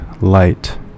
light